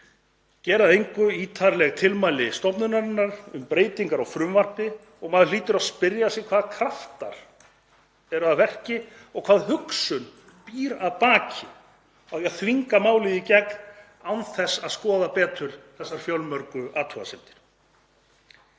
gera að engu ítarleg tilmæli stofnunarinnar um breytingar á frumvarpinu og maður hlýtur að spyrja sig hvaða kraftar séu að verki og hvaða hugsun búi að baki því að þvinga málið í gegn án þess að skoða betur þær fjölmörgu athugasemdir.